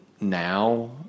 now